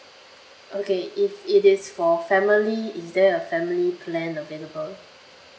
okay if it is for family is there a family plan available